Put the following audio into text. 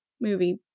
movie